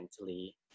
mentally